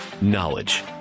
knowledge